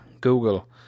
Google